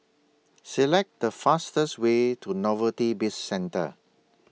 Select The fastest Way to Novelty Bizcentre